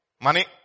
money